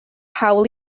hawl